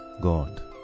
God